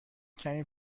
کمی